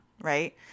Right